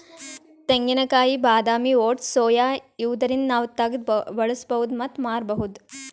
ತೆಂಗಿನಕಾಯಿ ಬಾದಾಮಿ oats soya ಇವ್ದರಿಂದ್ ನಾವ್ ತಗ್ದ್ ಬಳಸ್ಬಹುದ್ ಮತ್ತ್ ಮಾರ್ಬಹುದ್